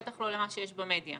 בטח לא למה שיש במדיה.